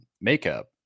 makeup